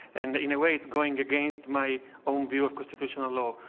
and in a way it's going against my own view of constitutional law.